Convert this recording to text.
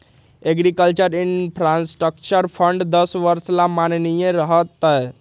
agriculture infrastructure fund दस वर्ष ला माननीय रह तय